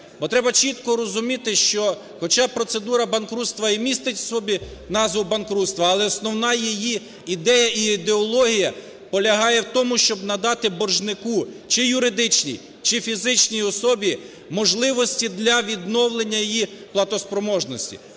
треба чітко розуміти, що хоча процедура банкрутства і містить в собі назву "банкрутства", але основна її ідея і ідеологія полягає в тому, щоб надати боржнику, чи юридичній, чи фізичній особі, можливості для відновлення її платоспроможності,